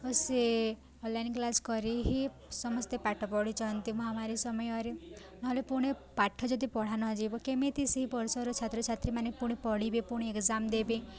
ଓ ସେ online class କରି ହିଁ ସମସ୍ତେ ପାଠ ପଢ଼ିଛନ୍ତି ମହାମାରୀ ସମୟରେ ନହେଲେ ଫୁଣି ପାଠ ଯଦି ପଢ଼ା ନଯିବ କେମିତି ସେଇ ବର୍ଷର ଛାତ୍ରଛାତ୍ରୀମାନେ ଫୁଣି ପଢ଼ିବେ ପୁଣି ଏକ୍ଜାମ୍ ଦେବେ